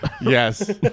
Yes